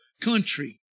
country